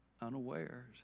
unawares